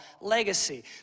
legacy